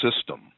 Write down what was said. system